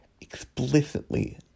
explicitly